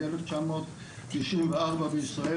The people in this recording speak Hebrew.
מ-1994 בישראל,